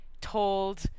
told